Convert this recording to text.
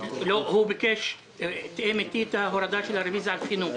הוא תיאם איתי את ההורדה של הרוויזיה על חינוך.